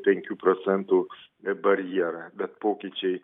penkių procentų barjerą bet pokyčiai